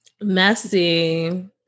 Messy